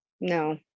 No